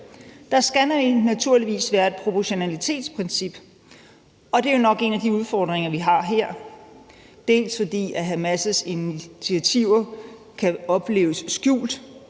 Der skal naturligvis være et proportionalitetsprincip, og det er jo nok en af de udfordringer, vi har her, dels fordi Hamas' initiativer kan opleves som skjulte,